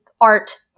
art